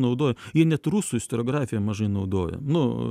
naudoja jie net rusų istoriografiją mažai naudoja nu